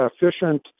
efficient